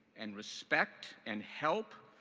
and respect, and help,